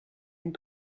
and